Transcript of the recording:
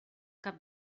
cap